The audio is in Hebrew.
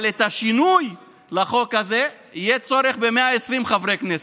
אבל לשינוי לחוק הזה יהיה צורך ב-120 חברי כנסת.